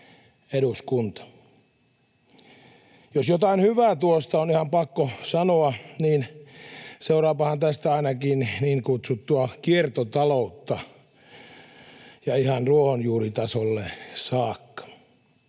eduskunta. Jos jotain hyvää tuosta on ihan pakko sanoa, niin seuraapahan tästä ainakin niin kutsuttua kiertotaloutta, ja ihan ruohonjuuritasolle saakka.